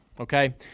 Okay